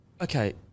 okay